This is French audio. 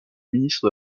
ministre